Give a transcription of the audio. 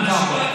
מה זה טאבו?